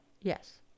Yes